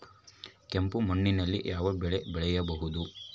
ಕೆಂಪು ಮಣ್ಣಿನಲ್ಲಿ ಯಾವ ಬೆಳೆ ಬೆಳೆಯಬಹುದು?